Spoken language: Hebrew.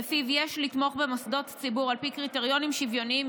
שלפיו יש לתמוך במוסדות ציבור על פי קריטריונים שוויוניים,